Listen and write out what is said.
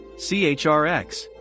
CHRX